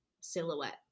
silhouette